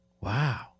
Wow